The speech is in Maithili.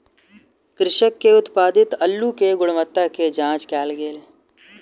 कृषक के उत्पादित अल्लु के गुणवत्ता के जांच कएल गेल